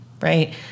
right